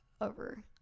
over